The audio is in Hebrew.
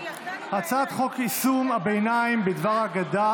הצעת חוק יישום הסכם הביניים בדבר הגדה